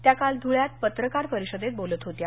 त्या काल धुळ्यात पत्रकार परिषदेत बोलत होत्या